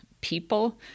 people